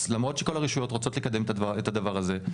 למרות שכל הרשויות רוצות לקדם את הדבר הזה,